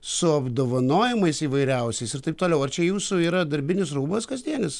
su apdovanojimais įvairiausiais ir taip toliau ar čia jūsų yra darbinis rūbas kasdienis